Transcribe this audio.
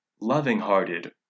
loving-hearted